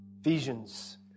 Ephesians